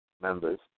members